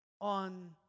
on